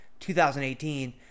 2018